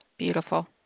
Beautiful